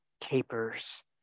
tapers